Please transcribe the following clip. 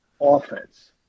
offense